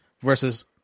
versus